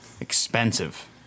Expensive